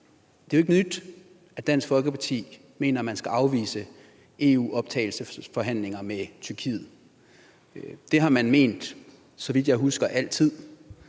Det er jo ikke nyt, at Dansk Folkeparti mener, at man skal afvise EU-optagelsesforhandlinger med Tyrkiet. Det har man, så vidt jeg husker, ment altid.